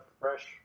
fresh